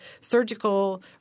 surgical